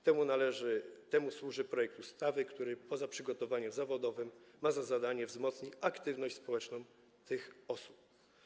Temu służy projekt ustawy, który poza przygotowaniem zawodowym ma za zadanie wzmocnić aktywność społeczną tych osób.